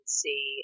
see